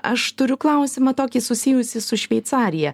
aš turiu klausimą tokį susijusį su šveicarija